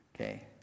Okay